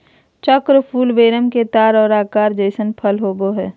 चक्र फूल वेरम के तार के आकार जइसन फल होबैय हइ